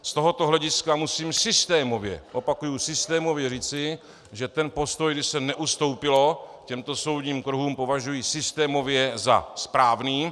Z tohoto hlediska musím systémově opakuji, systémově říci, že ten postoj, kdy se neustoupilo těmto soudním kruhům, považuji systémově za správný.